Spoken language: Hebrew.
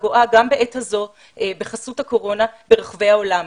הגואה גם בעת הזאת בחסות הקורונה ברחבי העולם.